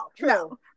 no